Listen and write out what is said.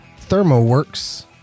Thermoworks